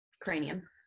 cranium